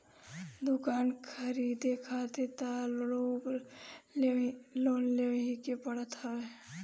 दुकान खरीदे खारित तअ लोन लेवही के पड़त हवे